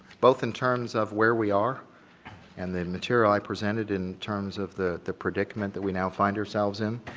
both in terms of where we are and the material i presented in terms of the the predicament that we now find ourselves in,